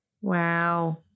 Wow